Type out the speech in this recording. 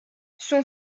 son